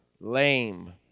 lame